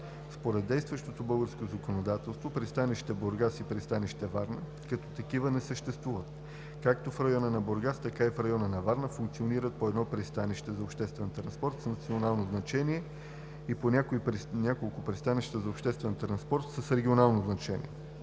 Според действащото българско законодателство Пристанище – Бургас, и Пристанище – Варна, като такива не съществуват. Както в района на Бургас, така и в района на Варна функционират по едно пристанище за обществен транспорт с национално значение и по няколко пристанища за обществен транспорт с регионално значение.